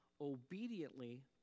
obediently